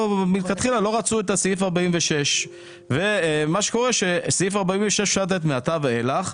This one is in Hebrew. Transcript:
ומלכתחילה הן לא רצו את סעיף 46. סעיף 46 אפשר לתת מעתה ואילך,